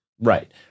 Right